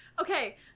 Okay